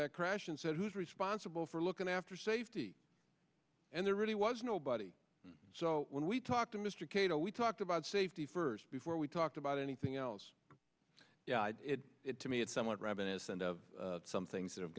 that crash and said who's responsible for looking after safety and there really was nobody so when we talked to mr cato we talked about safety first before we talked about anything else it to me it's somewhat reminiscent of some things that have